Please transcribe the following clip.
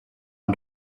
und